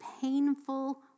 painful